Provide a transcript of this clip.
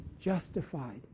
justified